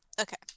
Okay